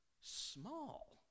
small